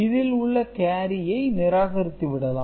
இதில் உள்ள கேரியை நிராகரித்து விடலாம்